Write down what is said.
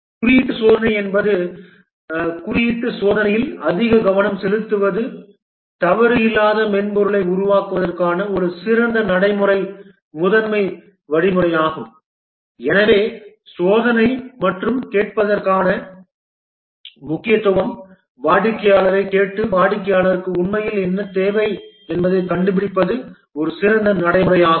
குறியீட்டு சோதனை என்பது குறியீட்டு சோதனையில் அதிக கவனம் செலுத்துவது தவறு இல்லாத மென்பொருளை உருவாக்குவதற்கான ஒரு சிறந்த நடைமுறை முதன்மை வழிமுறையாகும் எனவே சோதனை மற்றும் கேட்பதற்கான முக்கியத்துவம் வாடிக்கையாளரைக் கேட்டு வாடிக்கையாளருக்கு உண்மையில் என்ன தேவை என்பதைக் கண்டுபிடிப்பது ஒரு சிறந்த நடைமுறையாகும்